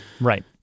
right